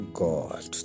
god